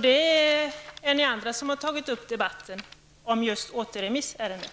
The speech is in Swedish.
Det är ni andra som har tagit upp debatten om återremissärendet.